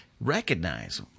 Recognize